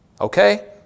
Okay